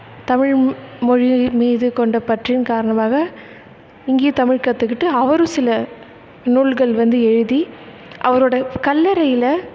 தமிழ்மொழி மீது கொண்ட பற்றின் காரணமாக இங்கேயே தமிழ் கத்துக்கிட்டு அவரும் சில நூல்கள் வந்து எழுதி அவரோடய கல்லறையில்